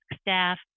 staff